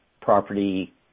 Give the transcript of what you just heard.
property